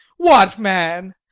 what, man!